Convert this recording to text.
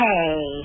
Hey